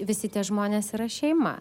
visi tie žmonės yra šeima